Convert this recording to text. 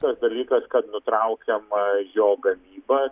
tas dalykas kad nutraukiama jo gamyba